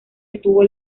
estuvo